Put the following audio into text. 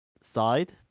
side